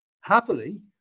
happily